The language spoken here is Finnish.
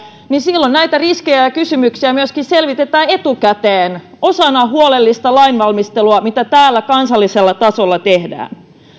niin silloin näitä riskejä ja ja kysymyksiä myöskin selvitetään etukäteen osana huolellista lainvalmistelua mitä täällä kansallisella tasolla tehdään